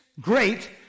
great